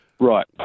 Right